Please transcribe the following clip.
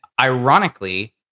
ironically